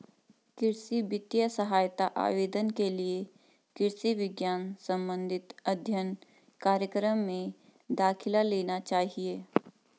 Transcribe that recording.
कृषि वित्तीय सहायता आवेदन के लिए कृषि विज्ञान संबंधित अध्ययन कार्यक्रम में दाखिला लेना चाहिए